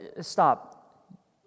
stop